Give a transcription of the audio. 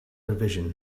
revision